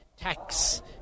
Tax